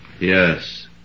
Yes